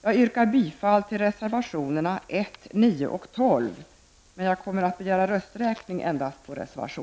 Jag yrkar bifall till reservationerna 1, 9